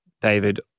David